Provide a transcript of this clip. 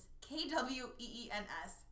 K-W-E-E-N-S